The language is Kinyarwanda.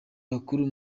bakuru